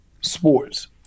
sports